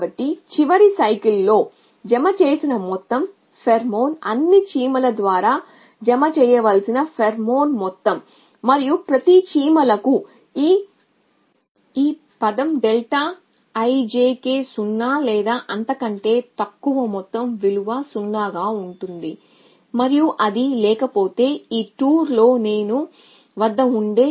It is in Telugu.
కాబట్టి చివరి చక్రంలో జమ చేసిన మొత్తం ఫేర్మోన్ అన్ని చీమల ద్వారా జమ చేయవలసిన ఫేర్మోన్ మొత్తం మరియు ప్రతి చీమలకు ఈ పదం డెల్టాΔ టౌ 0 లేదా అంతకంటే తక్కువ మొత్తం విలువ 0 గా ఉంటుంది లేకపోతే ఈ టూర్లో h 2 0